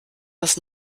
das